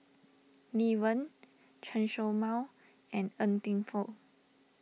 Lee Wen Chen Show Mao and Ng Teng Fong